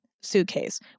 suitcase